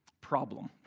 problem